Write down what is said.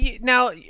now